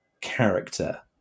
character